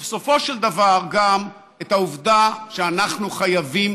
ובסופו של דבר גם את העובדה שאנחנו חייבים